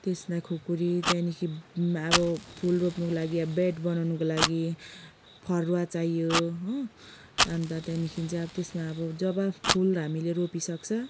त्यसलाई खुकुरी त्यहाँदेखि अब फुल रोप्नुको लागि बेड बनाउनुको लागि फरुवा चाहियो हो अन्त त्यहाँदेखि चाहिँ अब त्यसमा जब फुल हामीले रोपिसक्छ